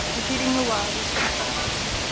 repeating the while these two couplets,